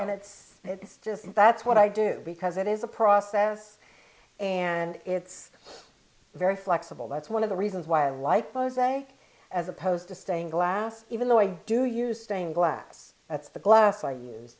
and it's it's just that's what i do because it is a process and it's very flexible that's one of the reasons why i like pose a as opposed to staying glass even though i do use stained glass that's the glass i use